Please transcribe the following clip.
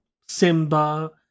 Simba